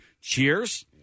Cheers